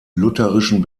lutherischen